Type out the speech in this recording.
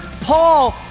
Paul